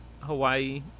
hawaii